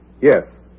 yes